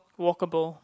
walkable